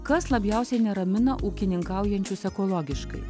kas labiausiai neramina ūkininkaujančius ekologiškai